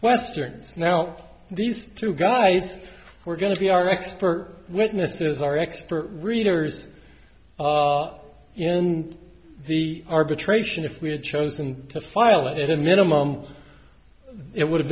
westerns now these two guys were going to be our expert witnesses our expert readers in the arbitration if we had chosen to file it a minimum it would